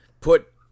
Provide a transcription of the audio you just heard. put